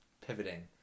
Pivoting